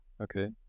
Okay